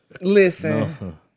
Listen